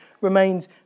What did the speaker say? remains